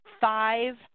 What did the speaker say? five